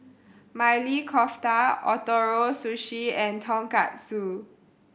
Maili Kofta Ootoro Sushi and Tonkatsu